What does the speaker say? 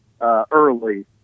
early